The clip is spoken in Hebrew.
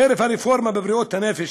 חרף הרפורמה בבריאות הנפש,